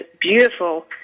beautiful